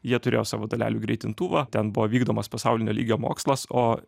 jie turėjo savo dalelių greitintuvą ten buvo vykdomas pasaulinio lygio mokslas o